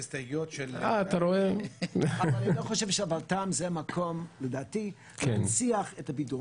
אני לא חושב שהוותמ"ל זה המקום להנציח את הבידול,